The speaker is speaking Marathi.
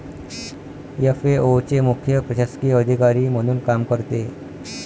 एफ.ए.ओ चे मुख्य प्रशासकीय अधिकारी म्हणून काम करते